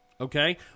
Okay